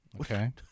Okay